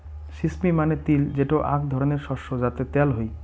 sesame মানে তিল যেটো আক ধরণের শস্য যাতে ত্যাল হই